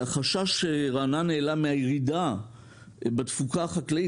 החשש שרענן העלה מהירידה בתפוקה החקלאית.